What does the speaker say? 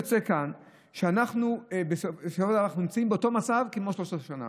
יוצא כאן שאנחנו נמצאים באותו מצב כמו של סוף שנה,